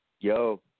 Yo